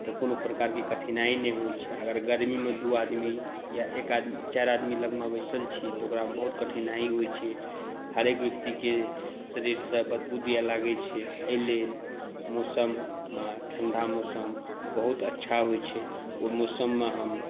तऽ कोनो प्रकारके कठिनाइ नहि होइ छै अगर गरमीमे दू आदमी या एक आदमी चारि आदमी लगमे बैसल छी तऽ ओकरामे बहुत कठिनाइ होइ छै हरेक व्यक्तिके शरीरसँ बदबू दिअ लागै छै एहिलेल मौसममे ठण्डा मौसम बहुत अच्छा होइ छै ओ मौसममे हम